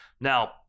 Now